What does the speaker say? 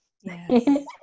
Yes